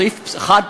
סעיף 1,